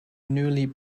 newly